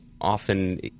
often –